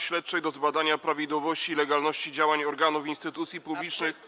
Śledczej do zbadania prawidłowości i legalności działań organów i instytucji publicznych.